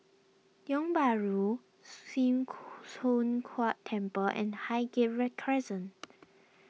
Tiong Bahru Sim Choon Huat Temple and Highgate Crescent